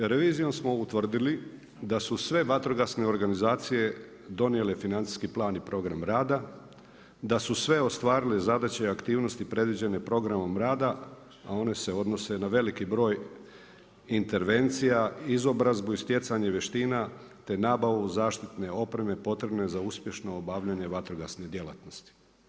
Revizijom smo utvrdili da su sve vatrogasne organizacije donijele financijski plan i program rada, da su sve ostvarile zadaće i aktivnosti predviđene Programom rada, a one se odnose na veliki broj intervencija, izobrazbu i stjecanje vještina te nabavu zaštitne opreme potrebne za uspješno obavljanje vatrogasne djelatnosti.